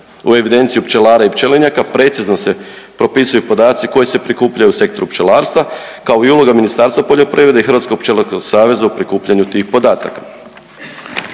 u evidenciju pčelara i pčelinjaka precizno se propisuju podaci koji se prikupljaju u sektoru pčelarstva, kao i uloga Ministarstva poljoprivrede i Hrvatskog pčelarskog saveza u prikupljanju tih podataka.